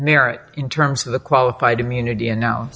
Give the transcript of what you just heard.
merit in terms of the qualified immunity and now